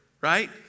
right